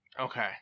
Okay